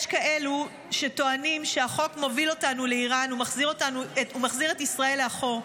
יש כאלה שטוענים שהחוק מוביל אותנו לאיראן ומחזיר את ישראל לאחור.